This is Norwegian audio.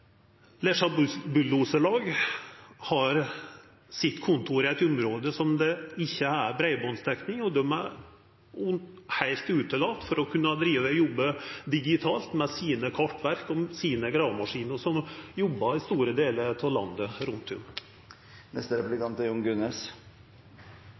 Lesja Bulldozerlag har kontoret sitt i eit område der det ikkje er breibandsdekning, og dei er heilt utelatne frå å kunna jobba digitalt med kartverka sine og gravemaskinene sine, som jobbar rundt om i store delar av landet.